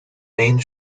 één